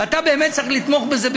ואתה באמת צריך לתמוך בזה,